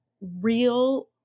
real